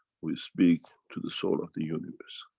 we speak to the soul of the universe.